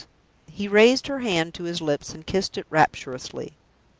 he raised her hand to his lips, and kissed it rapturously.